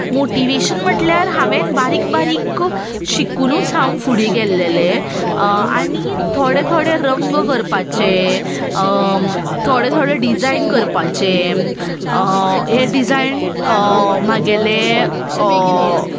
motivation म्हटल्यार हांवें बारीक बारीक शिकुनूच हांव फुडें गेल्लेलें आनी थोडे थोडे रंग करपाचे थोडे थोडे डिजायन करपाचे हे डिजायन म्हगेलें